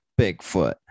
Bigfoot